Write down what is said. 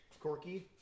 Corky